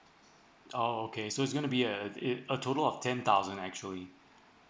oh okay so it's gonna be a it a total of ten thousand actually